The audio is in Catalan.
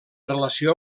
relació